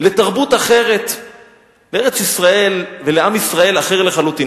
לתרבות אחרת בארץ-ישראל ולעם ישראל אחר לחלוטין.